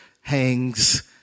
hangs